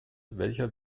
welcher